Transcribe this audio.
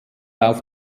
auf